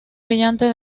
brillante